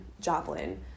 Joplin